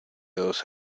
dos